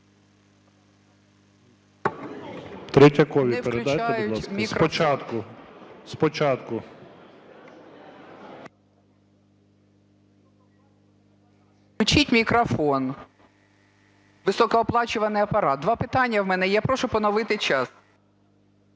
Включіть мікрофон, високооплачуваний Апарат. Два питання у мене. Я прошу поновити час.